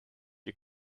you